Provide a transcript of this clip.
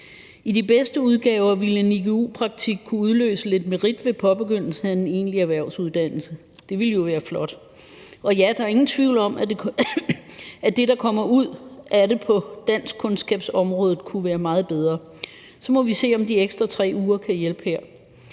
I de bedste udgaver ville en igu-praktik kunne udløse lidt merit ved påbegyndelsen af en egentlig erhvervsuddannelse. Det ville jo være flot. Og ja, der er ingen tvivl om, at det, der kommer ud af det på danskkundskabsområdet, kunne være meget bedre. Så må vi se, om de ekstra 3 uger kan hjælpe her.